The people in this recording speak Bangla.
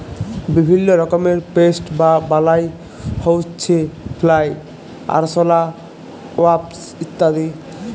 বিভিল্য রকমের পেস্ট বা বালাই হউচ্ছে ফ্লাই, আরশলা, ওয়াস্প ইত্যাদি